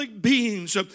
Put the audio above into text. beings